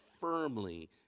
firmly